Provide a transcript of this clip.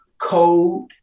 code